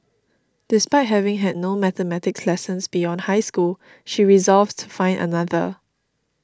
despite having had no mathematics lessons beyond high school she resolved to find another